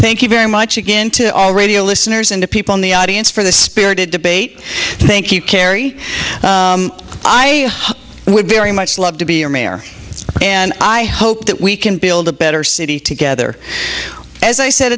thank you very much again to all radio listeners and to people in the audience for the spirited debate thank you kerry i would very much love to be your mayor and i hope that we can build a better city together as i said